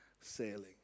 sailing